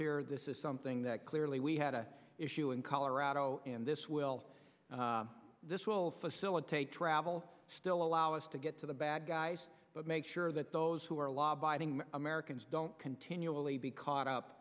efforts here this is something that clearly we had a issue in colorado and this will this will facilitate travel still allow us to get to the bad guys but make sure that those who are law abiding americans don't continually be caught up